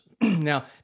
Now